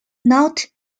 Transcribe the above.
not